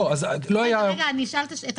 מה